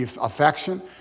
affection